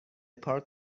پارک